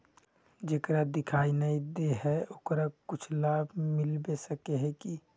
जेकरा दिखाय नय दे है ओकरा कुछ लाभ मिलबे सके है की?